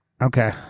okay